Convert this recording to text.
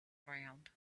ground